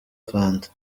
fanta